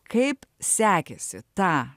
kaip sekėsi tą